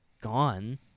gone